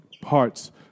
parts